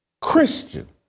Christian